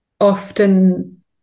often